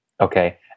Okay